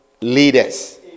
leaders